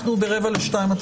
הישיבה